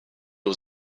was